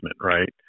right